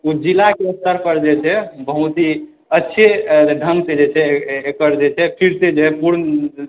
जिला के स्तर पर जे छै बहुत ही अच्छे ढंग के हेतै एकर जे छै